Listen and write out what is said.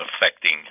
affecting